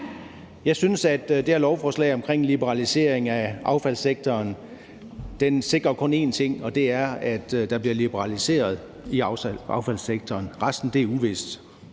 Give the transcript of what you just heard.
Jeg synes, at det her lovforslag omkring liberalisering af affaldssektoren kun sikrer én ting, og det er, at der bliver liberaliseret i affaldssektoren. Resten er uvist.